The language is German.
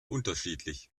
unterschiedlich